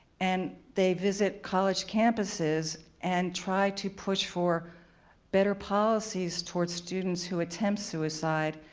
and they visit college campuses and try to push for better policies toward students who attempt suicide,